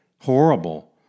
horrible